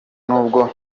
nubwo